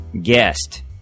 guest